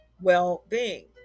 well-being